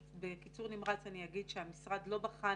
בקיצור נמרץ אני אגיד שהמשרד לא בחן